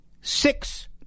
Six